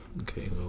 Okay